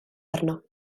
arno